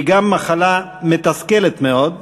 היא גם מחלה מתסכלת מאוד,